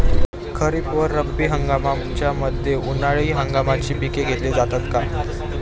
खरीप व रब्बी हंगामाच्या मध्ये उन्हाळी हंगामाची पिके घेतली जातात का?